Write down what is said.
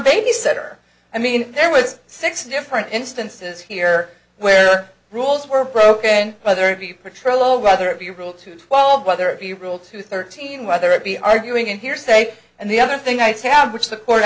babysitter i mean there was six different instances here where rules were broken whether it be pretrial or whether it be ruled to twelve other if you will two thirteen whether it be arguing in hearsay and the other thing i have which the court